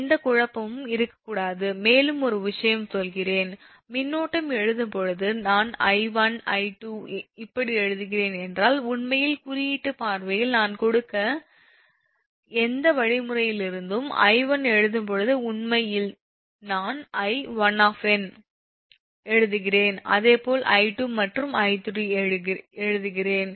எந்த குழப்பமும் இருக்கக்கூடாது மேலும் ஒரு விஷயம் சொல்கிறேன் மின்னோட்டம் எழுதும்போது நான் 𝑖1 𝑖2 இப்படி எழுதுகிறேன் என்றால் உண்மையில் குறியீட்டுப் பார்வையில் நான் கொடுத்த எந்த வழிமுறையிலிருந்தும் 𝑖1 எழுதும் போது உண்மையில் நான் 𝑖 எழுதுகிறேன் அதே போல் 𝑖2 மற்றும் 𝑖3 எழுதுகிறேன்